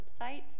website